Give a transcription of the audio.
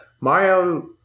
Mario